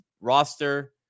roster